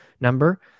number